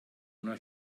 una